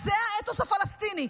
זה האתוס הפלסטיני.